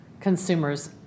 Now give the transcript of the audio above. consumers